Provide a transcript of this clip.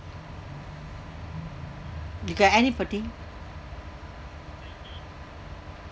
you got anybody